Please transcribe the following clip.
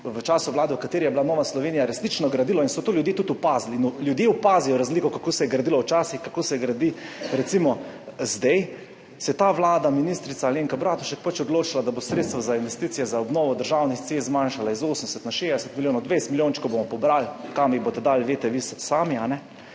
v času vlade, v kateri je bila Nova Slovenija, resnično gradilo, in so to ljudje tudi opazili, ljudje opazijo razliko, kako se je gradilo včasih, kako se gradi zdaj, se je ta vlada, ministrica Alenka Bratušek pač odločila, da bo sredstva za investicije za obnovo državnih cest zmanjšala iz 80 na 60 milijonov, 20 milijončkov bomo pobrali. Kam jih boste dali, veste vi sami. In